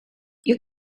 you